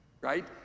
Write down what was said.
right